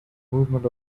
movement